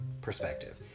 perspective